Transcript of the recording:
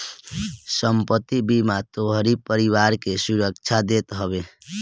संपत्ति बीमा तोहरी परिवार के सुरक्षा देत हवे